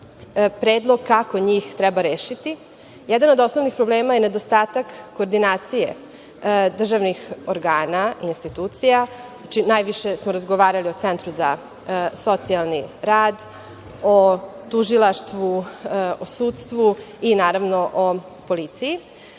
predlog kako njih treba rešiti. Jedan od osnovnih problema je nedostatak koordinacije državnih organa i institucija. Najviše smo razgovarali o Centru za socijalni rad, o tužilaštvu, sudstvu i naravno o policiji. Ovde